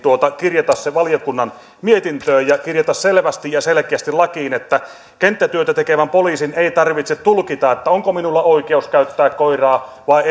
kirjata se valiokunnan mietintöön ja kirjata selvästi ja selkeästi lakiin jotta kenttätyötä tekevän poliisin ei tarvitse tulkita onko minulla oikeus käyttää koiraa vai